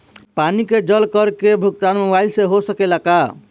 पानी के जल कर के भुगतान मोबाइल से हो सकेला का?